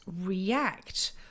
react